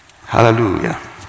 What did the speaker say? Hallelujah